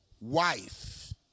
wife